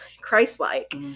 Christ-like